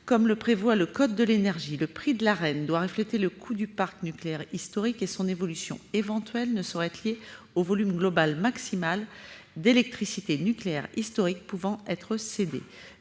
Comme le prévoit le code de l'énergie, le prix de l'Arenh doit refléter les coûts du parc nucléaire historique et son évolution éventuelle ne saurait être liée au volume global maximal d'électricité d'origine nucléaire historique pouvant être cédé.